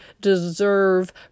deserve